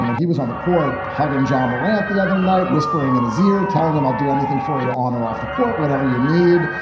you know he was on the court hugging jamarat the other night, whispering in his ear, telling him, i'll do anything for you on or off the court, whatever you need.